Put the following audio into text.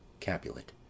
Capulet